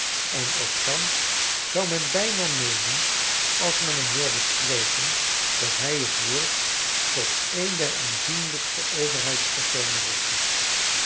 en ook thans zou men bijna meenen als men hem hoorde spreken dat hij het woord tot een der aanzienlijkste overheidspersonen richtte